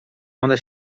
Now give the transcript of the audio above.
one